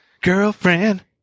Girlfriend